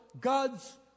God's